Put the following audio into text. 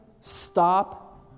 stop